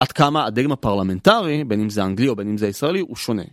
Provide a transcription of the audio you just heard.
עד כמה הדגם הפרלמנטרי, בין אם זה אנגלי או בין אם זה ישראלי, הוא שונה.